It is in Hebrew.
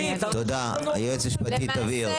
היועצת המשפטית תבהיר.